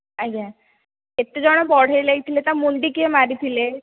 ଆଜ୍ଞା କେତେ ଜଣ ବଢ଼େଇ ଲାଗିଥିଲେ ତା ମୁଣ୍ଡି କିଏ ମାରିଥିଲେ